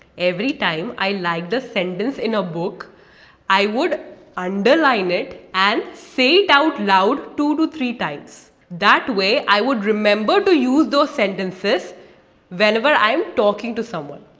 every time, i liked a sentence in a book i would underline it and say it out loud two two three times. that way, i would remember to use those sentences whenever i am talking to someone.